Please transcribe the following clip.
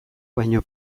baino